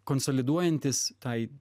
konsoliduojantis tai